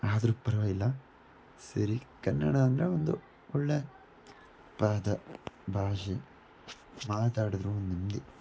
ಆದರೂ ಪರವಾಗಿಲ್ಲ ಸರಿ ಕನ್ನಡ ಅಂದರೆ ಒಂದು ಒಳ್ಳೆಯ ಪದ ಭಾಷೆ ಮಾತಾಡಿದರೂ ನಮಗೆ